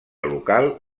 local